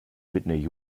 whitney